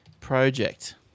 Project